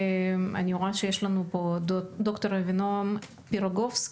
שהוא אומר לי שהוא מחכה לתור ל-MRI שמונה חודשים,